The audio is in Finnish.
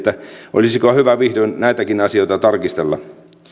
olisikohan hyvä vihdoin näitäkin asioita tarkistella